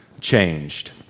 changed